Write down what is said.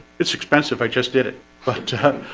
it's expensive i just did it but